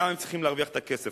שם הם צריכים להרוויח את הכסף.